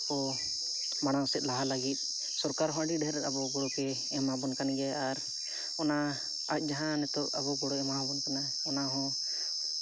ᱠᱚ ᱢᱟᱲᱟᱝ ᱥᱮᱱ ᱞᱟᱦᱟᱜ ᱞᱟᱹᱜᱤᱫ ᱥᱚᱨᱠᱟᱨ ᱦᱚᱸ ᱟᱹᱰᱤ ᱰᱷᱮᱨ ᱟᱵᱚ ᱜᱚᱲᱚᱜᱮ ᱮᱢᱟᱵᱚᱱ ᱠᱟᱱ ᱜᱮᱭᱟᱭ ᱟᱨ ᱚᱱᱟ ᱟᱡ ᱡᱟᱦᱟᱸ ᱱᱤᱛᱚᱜ ᱟᱵᱚ ᱜᱚᱲᱚᱭ ᱮᱢᱟᱣᱟᱵᱚᱱ ᱠᱟᱱᱟ ᱚᱱᱟᱦᱚᱸ